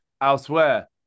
elsewhere